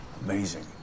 Amazing